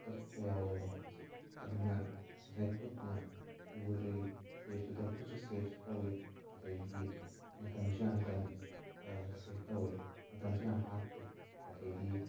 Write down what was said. ꯇꯠꯄ ꯌꯥꯎꯋꯦꯕ ꯈꯨꯠꯁꯦ ꯑꯗꯨꯅ ꯉꯁꯥꯏ ꯈꯨꯠꯅ ꯁꯨꯕꯗꯤ ꯆꯦꯛꯁꯨ ꯈꯨꯠꯅ ꯁꯨꯕꯗꯤ ꯆꯦꯛꯁꯨ ꯇꯧꯏ ꯑꯗꯨꯗꯒꯤ ꯃꯇꯝꯁꯨ ꯌꯥꯝꯅ ꯁꯦꯐ ꯇꯧꯋꯤ ꯃꯇꯝꯁꯨ ꯌꯥꯝ ꯍꯥꯠꯇꯦ ꯑꯗꯒꯤ